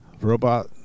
Robot